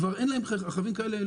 כבר אין להם רכבים כאלה.